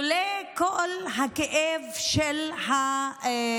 עולה כל הכאב של המשפחות,